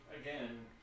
again